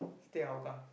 stay Hougang